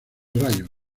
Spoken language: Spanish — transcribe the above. rayos